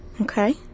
Okay